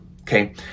Okay